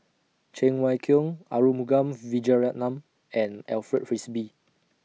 Cheng Wai Keung Arumugam Vijiaratnam and Alfred Frisby